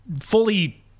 fully